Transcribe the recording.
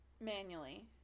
manually